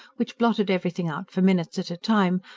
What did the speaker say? which blotted everything out for minutes at a time,